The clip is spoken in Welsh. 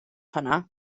hwnna